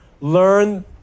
learn